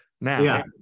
now